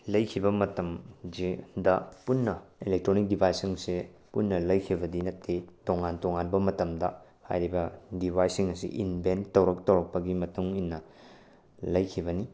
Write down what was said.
ꯂꯩꯈꯤꯕ ꯃꯇꯝꯁꯤꯗ ꯄꯨꯟꯅ ꯑꯦꯂꯦꯛꯇ꯭ꯔꯣꯅꯤꯛ ꯗꯤꯚꯥꯏꯁꯁꯤꯡꯁꯤ ꯄꯨꯟꯅ ꯂꯩꯈꯤꯕꯗꯤ ꯅꯠꯇꯦ ꯇꯣꯉꯥꯟ ꯇꯣꯉꯥꯟꯕ ꯃꯇꯝꯗ ꯍꯥꯏꯔꯤꯕ ꯗꯤꯚꯥꯏꯁꯁꯤꯡ ꯑꯁꯤ ꯏꯟꯚꯦꯟ ꯇꯧꯔꯛ ꯇꯧꯔꯛꯄꯒꯤ ꯃꯇꯨꯡꯏꯟꯅ ꯂꯩꯈꯤꯕꯅꯤ